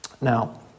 Now